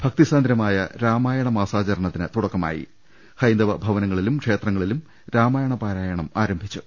ഭക്തിസാന്ദ്രമായ രാമായണ മാസാചരണത്തിന് തുടക്കമായി ഹൈന്ദവ ഭവനങ്ങളിലും ക്ഷേത്രങ്ങലിലും രാമായണ പാരായണം ആരംഭിച്ചു